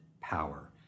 power